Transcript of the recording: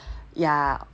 yeah